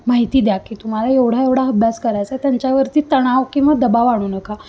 महिती द्या की तुम्हाला एवढा एवढा अभ्यास करायचा आहे त्यांच्यावरती तणाव किंवा दबाव आणू नका